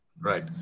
Right